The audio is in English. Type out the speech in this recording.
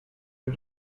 did